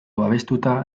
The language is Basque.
babestuta